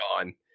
gone